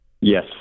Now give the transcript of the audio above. Yes